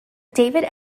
david